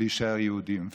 להישאר יהודים.